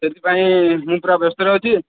ସେଥିପାଇଁ ମୁଁ ପୁରା ବ୍ୟସ୍ତରେ ଅଛି